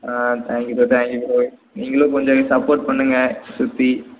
ஆ thank you bro thank you bro நீங்களும் கொஞ்சம் எனக்கு சப்போர்ட் பண்ணுங்கள் சுற்றி